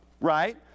right